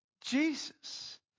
jesus